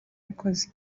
yakoze